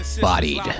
Bodied